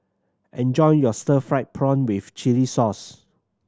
enjoy your stir fried prawn with chili sauce